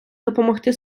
допомогти